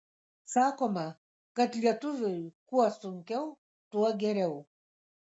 sakoma kad lietuviui kuo sunkiau tuo geriau